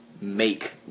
make